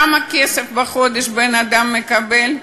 כמה כסף בחודש בן-אדם מקבל?